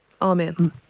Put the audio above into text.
Amen